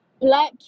black